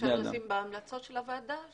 אפשר להחליט בהמלצות הוועדה